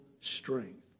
strength